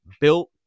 built